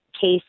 case